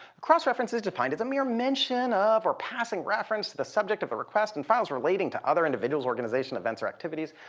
cross-reference is defined as a mere mention of or passing reference to the subject of a request and files relating to other individuals, organization, events, or activities.